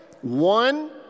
One